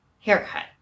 haircut